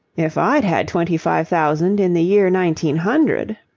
if i'd had twenty-five thousand in the year nineteen hundred,